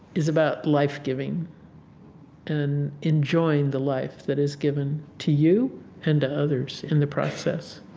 is about life giving and enjoying the life that is given to you and to others in the process